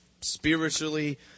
spiritually